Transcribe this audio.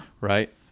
right